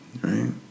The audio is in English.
right